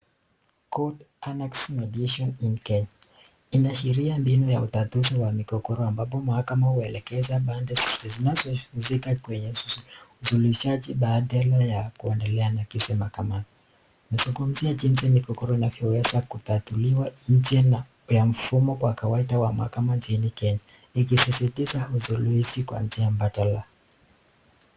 Court Annexed Mediation in Kenya inaishiria mbinu ya utatuzi wa mikokoro ambapo mahakama huelekeza pande zizihusike kwenye usuluhishaji badala ya kuendelea na kesi mahakamani. Inazungumzia jinsi mikokoro inavyoweza kutatuliwa nje na wa mfumo kwa kawaida wa mahakama nchini Kenya, ikisisitiza usuluhishi kwa njia mbadala.